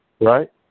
right